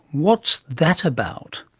what's that about?